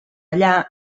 allà